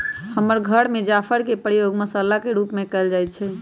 हमर घर में जाफर के प्रयोग मसल्ला के रूप में कएल जाइ छइ